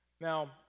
Now